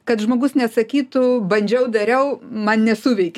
kad žmogus nesakytų bandžiau dariau man nesuveikė